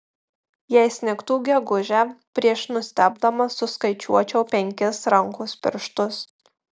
jei snigtų gegužę prieš nustebdamas suskaičiuočiau penkis rankos pirštus